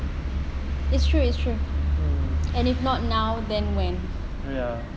and if not now then when